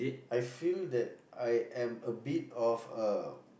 I feel that I am a bit of a